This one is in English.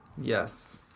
Yes